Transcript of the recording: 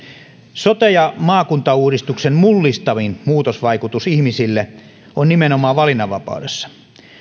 sote ja maakuntauudistuksen mullistavin muutosvaikutus ihmisille on nimenomaan valinnanvapaudessa